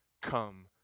come